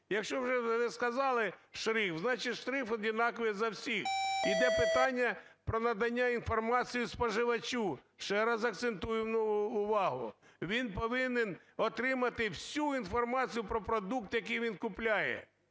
Якщо вже сказали - шрифт, значить, шрифт однаковий за всіх. Іде питання про надання інформації споживачу. Ще раз акцентую увагу, він повинен отримати всю інформацію про продукт, який він купляє.